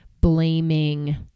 blaming